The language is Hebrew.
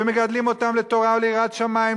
ומגדלים אותם לתורה וליראת שמים,